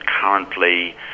currently